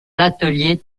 l’atelier